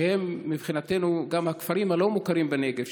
שהם מבחינתנו גם הכפרים הלא-מוכרים בנגב,